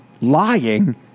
lying